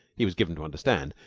he was given to understand,